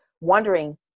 wondering